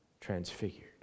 transfigured